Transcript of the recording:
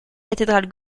cathédrale